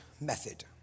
method